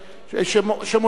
שמוסיפה,